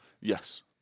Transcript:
Yes